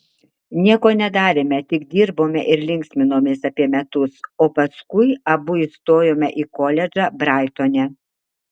nieko nedarėme tik dirbome ir linksminomės apie metus o paskui abu įstojome į koledžą braitone